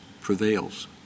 prevails